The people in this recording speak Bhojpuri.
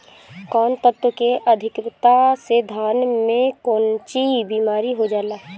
कौन तत्व के अधिकता से धान में कोनची बीमारी हो जाला?